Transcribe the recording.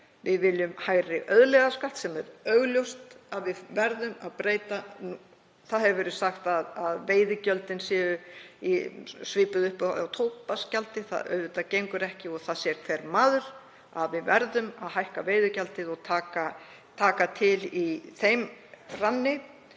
Við viljum hærri auðlegðarskatt sem er augljóst að við verðum að breyta. Það hefur verið sagt að veiðigjöldin séu svipuð að upphæð og tóbaksgjaldið. Það gengur auðvitað ekki og það sér hver maður að við verðum að hækka veiðigjaldið og taka til í þeim ranni.